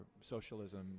socialism